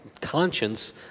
conscience